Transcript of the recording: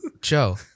Joe